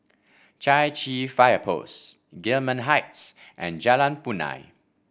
Chai Chee Fire Post Gillman Heights and Jalan Punai